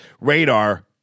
radar